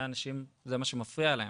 האנשים זה מה שמפריע להם.